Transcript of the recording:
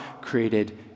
created